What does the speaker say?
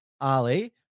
Ali